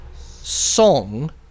song